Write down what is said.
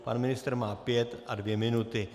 Pan ministr má pět a dvě minuty.